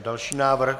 Další návrh.